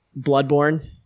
Bloodborne